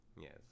Yes